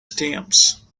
stamps